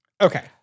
Okay